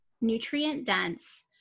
nutrient-dense